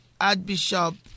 Archbishop